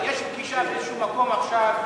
יש פגישה באיזה מקום עכשיו,